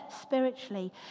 spiritually